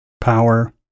Power